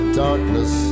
darkness